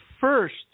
first